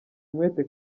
umwete